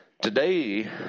Today